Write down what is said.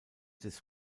des